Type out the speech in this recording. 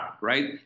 right